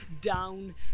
down